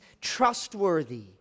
trustworthy